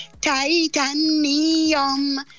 Titanium